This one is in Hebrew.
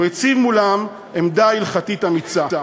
הוא הציב מולם עמדה הלכתית אמיצה.